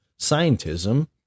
scientism